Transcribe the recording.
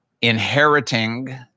inheriting